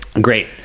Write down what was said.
Great